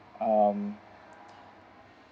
um